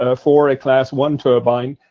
ah for a class one turbine.